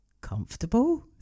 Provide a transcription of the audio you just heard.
comfortable